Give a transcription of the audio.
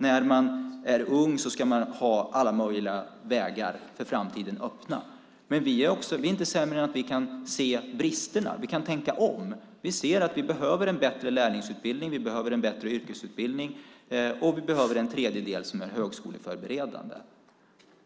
När man är ung ska alla möjliga vägar till framtiden vara öppna. Men vi är inte sämre än att vi ser bristerna. Vi kan tänka om. Vi ser att vi behöver en bättre lärlingsutbildning och en bättre yrkesutbildning. Vi behöver också en tredje del som är högskoleförberedande.